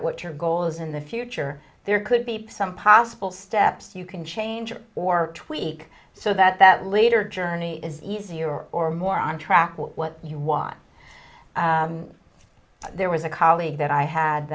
what your goal is in the future there could be some possible steps you can change or tweak so that that later journey is easier or more on track with what you want there was a colleague that i had